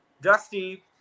Dusty